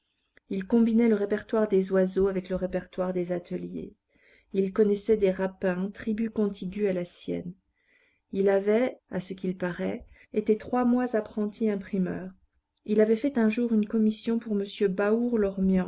il combinait le répertoire des oiseaux avec le répertoire des ateliers il connaissait des rapins tribu contiguë à la sienne il avait à ce qu'il paraît été trois mois apprenti imprimeur il avait fait un jour une commission pour